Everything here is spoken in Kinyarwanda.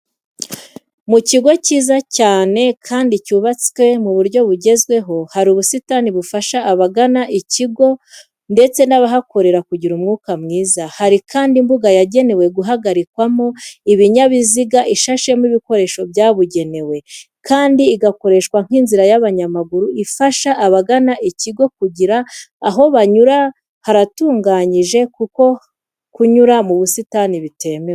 Mu kigo kiza cyane kandi cyubatswe ku buryo bugezweho, hari ubusitani bufasha abagana iki kigo ndetse n'abahakorera kugira umwuka mwiza. Hari kandi imbuga yagenewe guhagarikamo ibinyabiziga ishashemo ibikoresho byabugenewe kandi igakoreshwa nk'inzira y'abanyamaguru ifasha abagana iki kugira, aho banyura haratunganyije kuko kunyura mu busitani bitemewe.